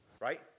Right